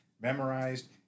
memorized